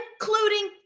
including